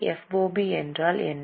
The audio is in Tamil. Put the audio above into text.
FOB என்றால் என்ன